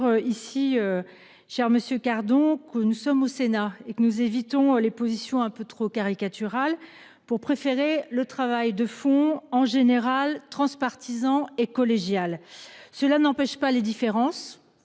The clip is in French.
ici. Cher monsieur car, donc nous sommes au sénat et que nous évitons les positions un peu trop caricatural pour préférer le travail de fond en général transpartisan et collégiale. Cela n'empêche pas les différences.